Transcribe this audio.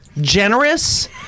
generous